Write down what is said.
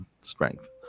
strength